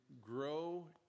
grow